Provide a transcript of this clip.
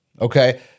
Okay